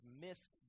missed